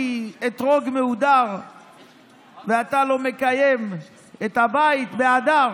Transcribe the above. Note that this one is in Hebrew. אתרוג מהודר ואתה לא מקיים את הבית בהדר?